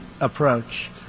approach